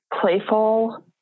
playful